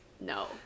no